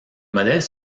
modèles